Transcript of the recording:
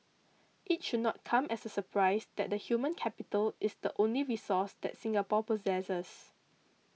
it should not come as a surprise that the human capital is the only resource that Singapore possesses